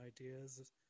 ideas